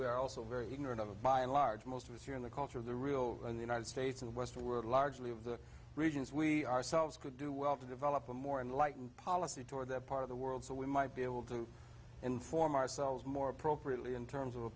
we are also very ignorant of a by and large most of us here in the culture of the real and the united states and western world largely of the regions we ourselves could do well to develop a more enlightened policy toward that part of the world so we might be able to inform ourselves more appropriately in terms of a